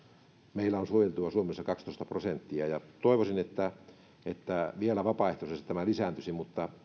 meillä on suojeltu suomessa kaksitoista prosenttia ja toivoisin että että vielä vapaaehtoisesti tämä lisääntyisi mutta